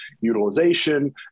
utilization